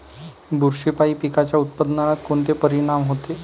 बुरशीपायी पिकाच्या उत्पादनात कोनचे परीनाम होते?